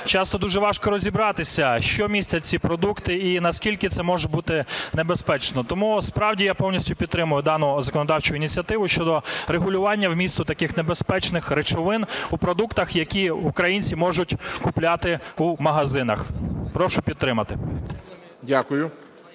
часто дуже важко розібратися, що містять ці продукти і наскільки це може бути небезпечно. Тому справді я повністю підтримую дану законодавчу ініціативу щодо регулювання вмісту таких небезпечних речовин у продуктах, які українці можуть купляти у магазинах. Прошу підтримати.